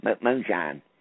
Moonshine